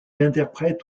interprète